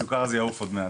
הסוכר הזה יעוף עוד מעט.